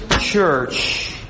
church